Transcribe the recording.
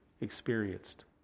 experienced